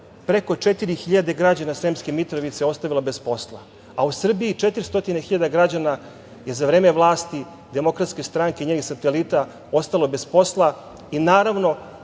preko 4.000 građana Sremske Mitrovice ostavila bez posla, a u Srbiji 400.000 građana je za vreme vlasti DS i njenih satelita ostalo bez posla. Naravno,